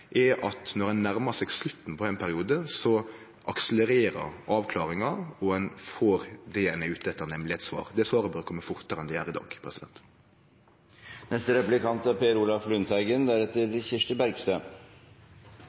er at når ein nærmar seg slutten på ein periode, akselererer avklaringa, og ein får det ein er ute etter, nemleg eit svar. Det svaret bør kome fortare enn det gjer i dag. Det aller viktigste vi står overfor, er